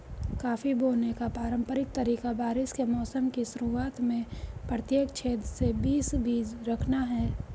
coffee बोने का पारंपरिक तरीका बारिश के मौसम की शुरुआत में प्रत्येक छेद में बीस बीज रखना है